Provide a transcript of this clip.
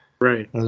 Right